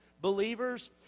believers